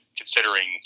considering